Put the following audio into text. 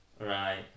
Right